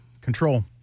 Control